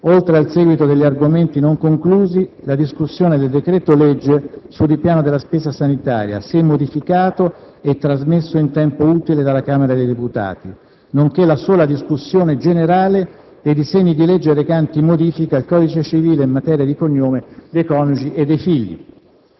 oltre al seguito degli argomenti non conclusi, la discussione del decreto-legge sul ripiano della spesa sanitaria, se modificato e trasmesso in tempo utile dalla Camera dei deputati, nonché la sola discussione generale dei disegni di legge recanti modifiche al codice civile in materia di cognome dei coniugi e dei figli.